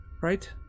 right